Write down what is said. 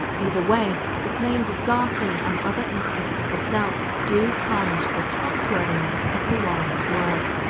either way, the claims of garton and other instances of doubt, do tarnish the trustworthiness of the warrens' word.